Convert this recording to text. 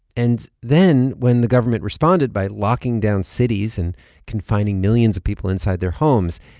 and then when the government responded by locking down cities and confining millions of people inside their homes,